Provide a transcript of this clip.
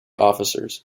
officers